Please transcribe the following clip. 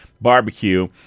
barbecue